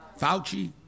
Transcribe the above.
Fauci